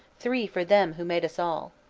three for them who made us all.